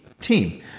Team